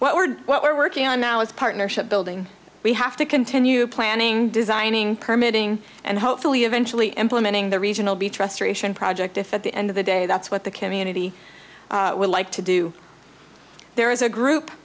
what we're what we're working on now is partnership building we have to continue planning designing permitting and hopefully eventually implementing the regional be trust ration project if at the end of the day that's what the community would like to do there is a group